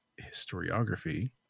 historiography